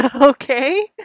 Okay